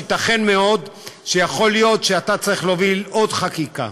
ייתכן מאוד שיכול להיות שאתה צריך להוביל עוד חקיקה.